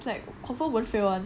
like confirm won't fail [one]